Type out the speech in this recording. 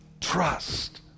Trust